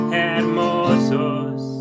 hermosos